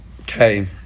okay